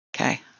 Okay